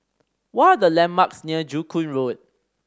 what are the landmarks near Joo Koon Road